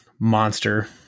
monster